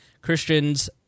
Christians